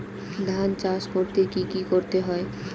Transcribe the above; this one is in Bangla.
ধান চাষ করতে কি কি করতে হয়?